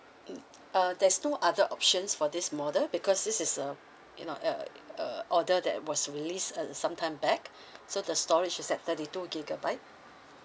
mm uh there's no other options for this model because this is a you know uh uh model that was released some time back so the storage is at thirty two gigabyte